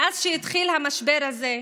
מאז שהתחיל המשבר הזה,